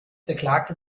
beklagte